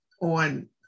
on